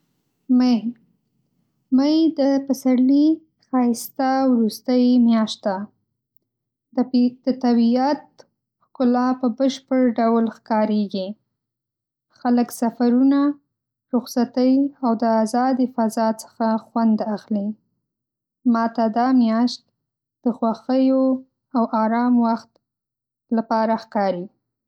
می د پسرلي ښایسته وروستۍ میاشت ده. د طبیعت ښکلا په بشپړ ډول ښکارېږي. خلک سفرونه، رخصتۍ او د آزادې فضا څخه خوند اخلي. ما ته دا میاشت د خوښیو او آرام وخت لپاره ښکاري.